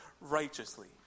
righteously